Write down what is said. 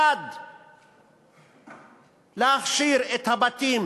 1. להכשיר את הבתים